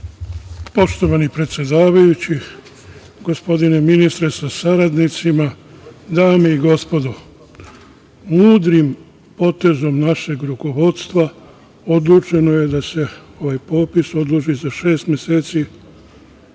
Poštovani predsedavajući, gospodine ministre sa saradnicima, dame i gospodo, mudrim potezom našeg rukovodstva odlučeno je da se ovaj popis odloži za šest meseci,